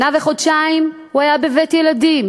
שנה וחודשיים הוא היה בבית-ילדים,